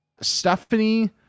Stephanie